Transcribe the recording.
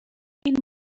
این